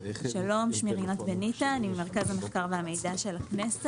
אתה מבין שצריך פתרון למזדמנים, במיוחד בפריפריה.